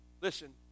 Listen